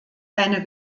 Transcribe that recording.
eine